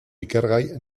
ikergai